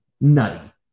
nutty